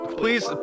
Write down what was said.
please